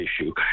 issue